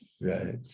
right